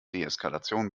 deeskalation